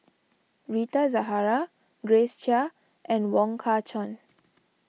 Rita Zahara Grace Chia and Wong Kah Chun